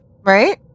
Right